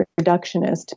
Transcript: reductionist